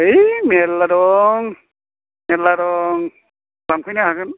है मेरला दं मेरला दं लांफैनो हागोन